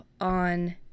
on